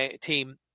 team